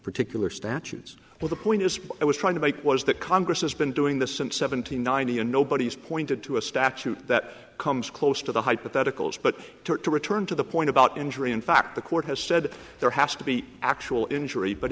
particular statutes but the point is i was trying to make was that congress has been doing this since seventy nine and nobody's point to a statute that comes close to the hypotheticals but to return to the point about injury in fact the court has said there has to be actual injury but